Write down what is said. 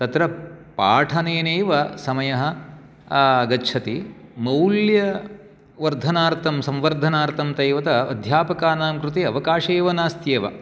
तत्र पाठनेनैव समयः गच्छति मौल्यवर्धनार्थं सम्वर्धनार्थं तावत् अध्यापकानां कृते अवकाशः एव नास्त्येव